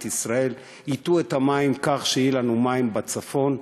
ישראל והטו את המים כך שיהיו לנו מים בצפון.